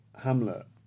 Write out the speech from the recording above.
Hamlet